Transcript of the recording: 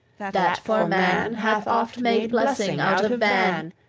that for man hath oft made blessing out of ban,